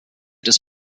des